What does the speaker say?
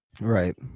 Right